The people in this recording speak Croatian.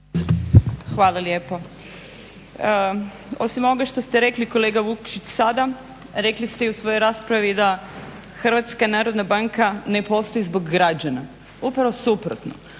Hvala lijepo. Osim ovoga što ste rekli kolega Vukšić sada rekli ste i u svojoj raspravi da HNB ne postoji zbog građana. Upravo suprotno,